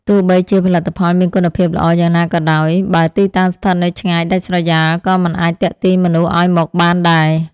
ទោះបីជាផលិតផលមានគុណភាពល្អយ៉ាងណាក៏ដោយ បើទីតាំងស្ថិតនៅឆ្ងាយដាច់ស្រយាលក៏មិនអាចទាក់ទាញមនុស្សឱ្យមកបានដែរ។